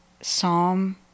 psalm